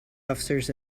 officers